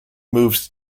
moved